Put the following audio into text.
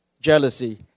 jealousy